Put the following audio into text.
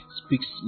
speaks